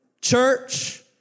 church